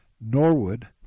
Norwood